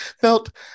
felt